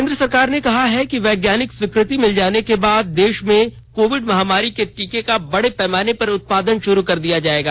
केंद्र सरकार ने कहा है कि वैज्ञानिक स्वीकृति मिल जाने के बाद देश में कोविड महामारी के टीके का बडे पैमाने पर उत्पादन शुरू कर दिया जाएगा